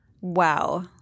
Wow